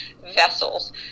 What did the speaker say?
vessels